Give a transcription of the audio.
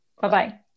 Bye-bye